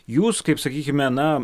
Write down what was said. jūs kaip sakykime na